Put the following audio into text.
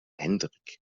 hendrik